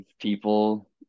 people